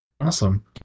Awesome